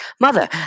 Mother